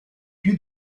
più